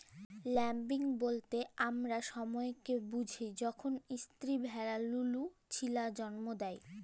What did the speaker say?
lambing ব্যলে আমরা ইকট সময়কে বুঝি যখল ইস্তিরি ভেড়া লুলু ছিলা জল্ম দেয়